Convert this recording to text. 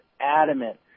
adamant